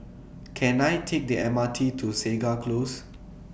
Can I Take The M R T to Segar Close